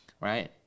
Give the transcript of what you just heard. right